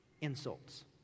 insults